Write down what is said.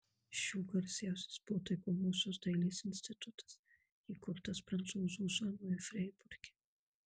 iš jų garsiausias buvo taikomosios dailės institutas įkurtas prancūzų zonoje freiburge